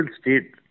state